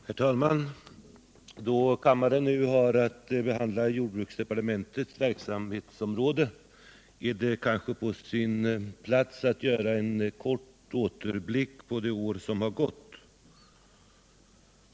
Herr talman! Då kammaren nu har att behandla jordbruksdepartementets verksamhetsområde, är det kanske på sin plats att göra en kort återblick på det år som har gått.